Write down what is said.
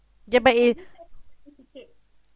ya but